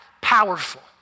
powerful